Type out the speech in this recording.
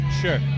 Sure